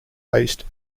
based